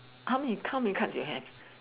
how many count your cards you have